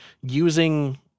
using